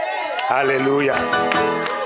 Hallelujah